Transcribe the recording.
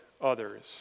others